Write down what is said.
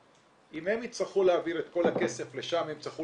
אם הם יצטרכו להעביר את כל הכסף לשם הם יצטרכו